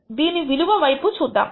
దీని విలువ వైపు చూద్దాము